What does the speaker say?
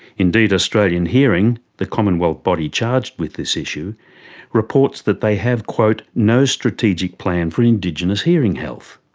indeed, australian hearing the commonwealth body charged with this issue reports that they have, quote no strategic plan for indigenous hearing health.